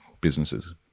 businesses